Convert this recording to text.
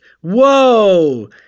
whoa